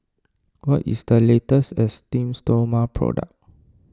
what is the latest Esteem Stoma product